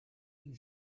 une